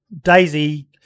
Daisy